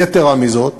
יתרה מזו,